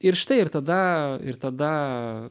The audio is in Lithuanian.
ir štai ir tada ir tada